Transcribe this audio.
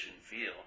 feel